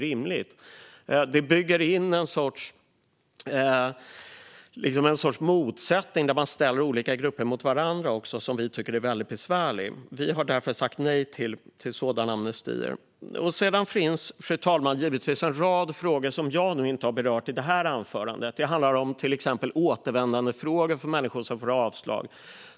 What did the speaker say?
Det bygger in en sorts motsättning om man ställer olika grupper mot varandra och som vi tycker är väldigt besvärlig. Vi har därför sagt nej till sådana amnestier. Sedan finns, fru talman, givetvis en rad frågor som jag inte har berört i det här anförandet. Det handlar till exempel om frågan om återvändande för människor som får anslag.